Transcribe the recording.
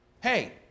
Hey